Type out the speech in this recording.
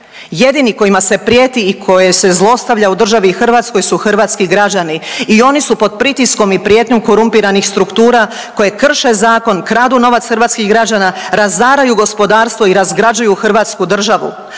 jedini kojima se prijeti i koje se zlostavlja u državi Hrvatskoj su hrvatski građani i oni su pod pritiskom i prijetnjom korumpiranih struktura koje krše zakon, kradu novac hrvatskih građana, razaraju gospodarstvo i razgrađuju Hrvatsku državu.